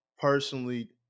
personally